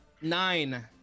Nine